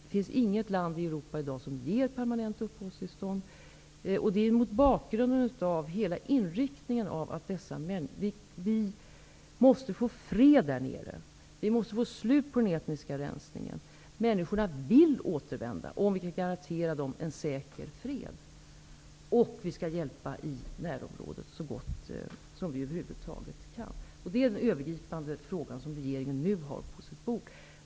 Det finns inget land i Europa i dag som ger permanent uppehållstillstånd mot bakgrund av att det måste bli fred där nere, och det måste bli ett slut på den etniska rensningen. Människorna vill återvända om vi kan garantera dem en säker fred. Vi skall även hjälpa i närområdet så gott som vi över huvud taget kan. Det är den övergripande fråga som regeringen nu har på sitt bord.